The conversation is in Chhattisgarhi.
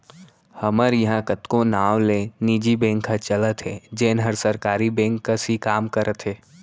हमर इहॉं कतको नांव ले निजी बेंक ह चलत हे जेन हर सरकारी बेंक कस ही काम करत हे